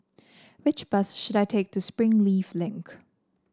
which bus should I take to Springleaf Link